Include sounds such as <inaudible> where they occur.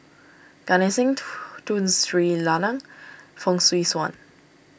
Gan Eng Seng <unintelligible> Tun Sri Lanang Fong Swee Suan